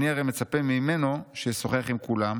אני הרי הייתי מצפה ממנו שישוחח עם כולם,